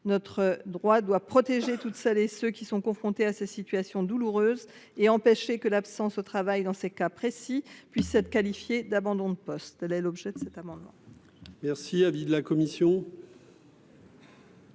Notre droit doit protéger toutes celles et tous ceux qui sont confrontés à ces situations douloureuses et empêcher que l’absence au travail dans ces cas précis puisse être qualifiée d’abandon de poste. Quel est l’avis de la commission